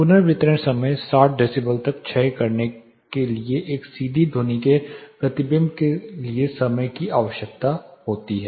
पुनर्वितरण समय 60 डेसिबल तक क्षय करने के लिए एक सीधी ध्वनि के प्रतिबिंब के लिए समय की आवश्यकता होती है